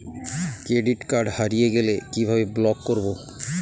Credit card হারিয়ে গেলে কি ভাবে ব্লক করবো?